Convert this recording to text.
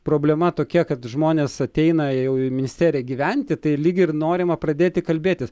problema tokia kad žmonės ateina jau į ministeriją gyventi tai lyg ir norima pradėti kalbėtis